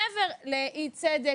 מעבר לאי צדק,